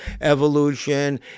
evolution